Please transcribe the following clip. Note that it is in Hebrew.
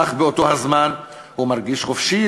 אך באותו זמן הוא מרגיש חופשי,